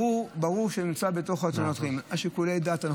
ברור שהוא נמצא בתוך תאונות הדרכים, בשיקולי הדעת.